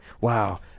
wow